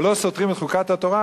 שלא סותרים את חוקת התורה,